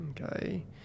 okay